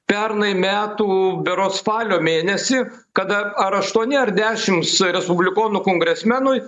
pernai metų berods spalio mėnesį kada ar aštuoni ar dešims respublikonų kongresmenui